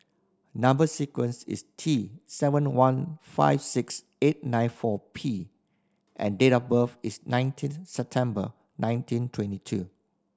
number sequence is T seven one five six eight nine four P and date of birth is nineteen September nineteen twenty two